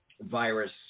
virus